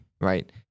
right